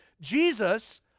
Jesus